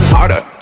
Harder